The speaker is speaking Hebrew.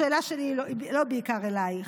השאלה שלי היא לא בעיקר אלייך,